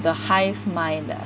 the hive mind ah